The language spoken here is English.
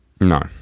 No